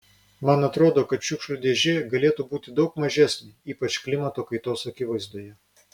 man atrodo kad šiukšlių dėžė galėtų būti daug mažesnė ypač klimato kaitos akivaizdoje